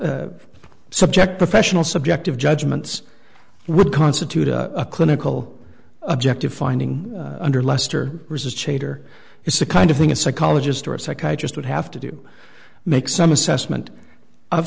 making subject professional subjective judgments would constitute a clinical objective finding under lester resists change or it's the kind of thing a psychologist or psychiatrist would have to do make some assessment of